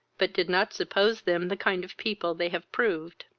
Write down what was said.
but did not suppose them the kind of people they have proved.